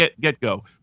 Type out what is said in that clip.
get-go